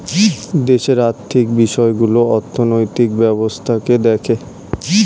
দেশের আর্থিক বিষয়গুলো অর্থনৈতিক ব্যবস্থাকে দেখে